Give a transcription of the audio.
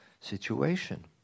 situation